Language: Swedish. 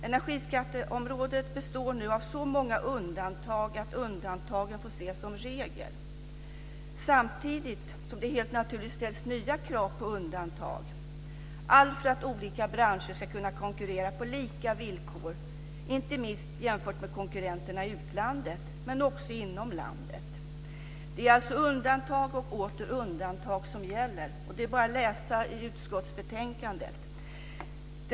Energiskatteområdet består nu av så många undantag att undantagen får ses som regel. Samtidigt ställs det helt naturligt nya krav på undantag - allt för att olika branscher ska kunna konkurrera på lika villkor. Det gäller inte minst jämfört med konkurrenterna i utlandet, men också inom landet. Det är alltså undantag och åter undantag som gäller. Det är bara att läsa i utskottsbetänkandet.